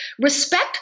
Respect